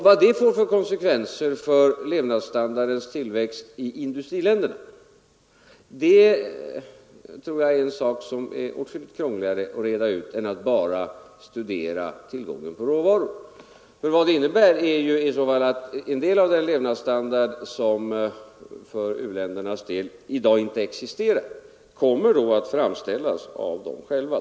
Vad det får för konsekvenser för levnadsstandardens tillväxt i industriländerna tror jag är åtskilligt krångligare att reda ut — det kan man inte göra bara genom att studera tillgången på råvaror. Det innebär i så fall att en del av den levnadsstandard som för u-ländernas del i dag inte existerar då kommer att åstadkommas av dem själva.